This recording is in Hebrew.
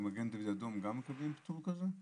מגן דוד אדום גם מקבלים פטור כזה?